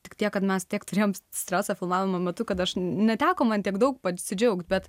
tik tiek kad mes tiek turėjom streso filmavimo metu kad aš neteko man tiek daug pasidžiaugt bet